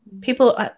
People